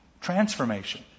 Transformation